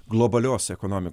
globalios ekonomi